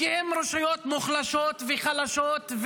כי הן רשויות מוחלשות וחלשות,